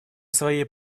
своей